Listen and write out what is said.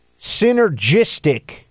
synergistic